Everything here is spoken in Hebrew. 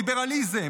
ליברליזם,